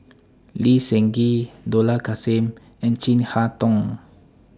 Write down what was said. Lee Seng Gee Dollah Kassim and Chin Harn Tong